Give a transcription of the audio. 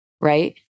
right